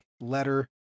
letter